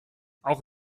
auch